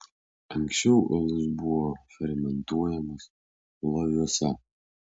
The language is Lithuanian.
anksčiau alus buvo fermentuojamas loviuose